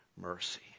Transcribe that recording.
Mercy